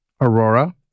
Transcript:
Aurora